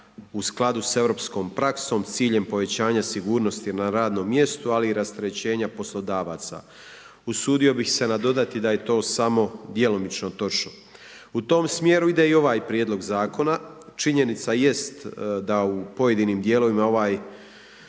u skladu sa europskom praksom s ciljem povećanja sigurnosti na radnom mjestu, ali i rasterećenja poslodavaca.“ Usudio bih se nadodati da je to samo djelomično točno. U tom smjeru ide i ovaj prijedlog zakona. Činjenica jest da u pojedinim dijelovima ovaj